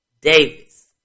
Davis